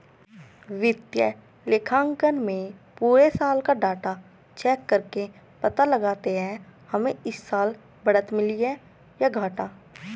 वित्तीय लेखांकन में पुरे साल का डाटा चेक करके पता लगाते है हमे इस साल बढ़त मिली है या घाटा